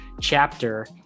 chapter